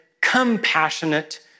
compassionate